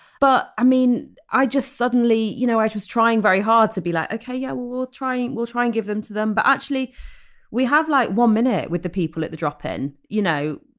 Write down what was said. but i mean i just suddenly, you know, agent was trying very hard to be like, ok yeah, we'll try, and we'll try and give them to them. but actually we have like one minute with the people at the drop in, you know,